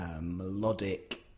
melodic